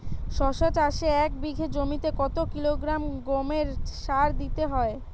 শশা চাষে এক বিঘে জমিতে কত কিলোগ্রাম গোমোর সার দিতে হয়?